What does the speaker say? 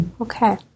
Okay